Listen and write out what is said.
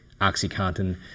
OxyContin